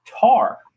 tar